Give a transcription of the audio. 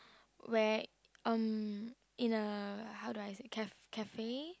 where um in a how do I say caf~ cafe